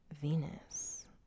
Venus